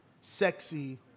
sexy